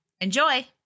Enjoy